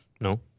No